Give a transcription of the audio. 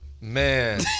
Man